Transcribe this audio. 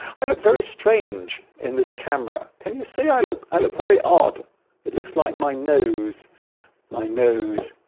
i look very strange in this camera can you see i look i look very odd it looks like my nose my nose